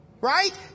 Right